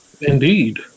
Indeed